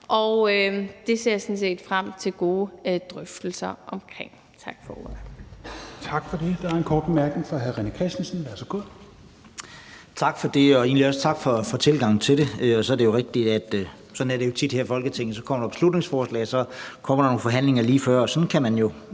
og det ser jeg sådan set også frem til nogle gode drøftelser omkring. Tak for ordet.